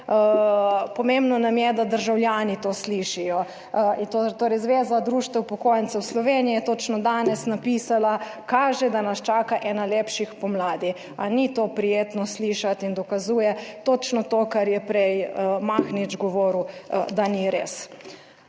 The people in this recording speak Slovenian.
Pomembno nam je, da državljani to slišijo. Torej Zveza društev upokojencev Slovenije je točno danes napisala, kaže da nas čaka ena lepših pomladi. A ni to prijetno slišati in dokazuje točno to kar je prej Mahnič govoril, da ni res.